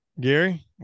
Gary